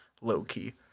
low-key